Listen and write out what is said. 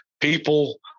People